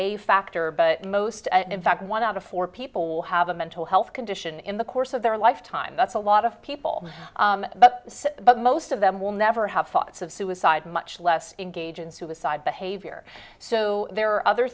a factor but most and in fact one out of four people have a mental health condition in the course of their lifetime that's a lot of people but most of them will never have thoughts of suicide much less engage in suicide behavior so there are other